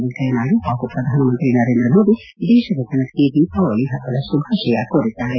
ವೆಂಕಯ್ಯನಾಯ್ಡು ಪ್ರಧಾನಮಂತ್ರಿ ನರೇಂದ್ರ ಮೋದಿ ದೇಶದ ಜನರಿಗೆ ದೀಪಾವಳಿಯ ಹಬ್ಬದ ಶುಭಾಶಯ ಕೋರಿದ್ದಾರೆ